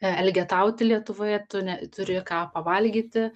elgetauti lietuvoje tu ne turi ką pavalgyti